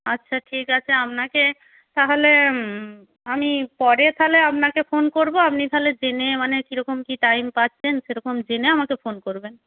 আচ্ছা ঠিক আছে আপনাকে তাহলে আমি পরে তাহলে আপনাকে ফোন করব আপনি তাহলে জেনে মানে কীরকম কী টাইম পাচ্ছেন সেরকম জেনে আমাকে ফোন করবেন